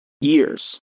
Years